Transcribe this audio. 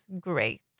great